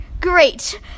Great